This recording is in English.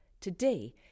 Today